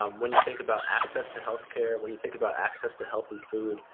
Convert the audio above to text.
um when you think about access to health care, when you think about access to healthy food,